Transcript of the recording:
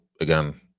again